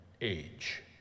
age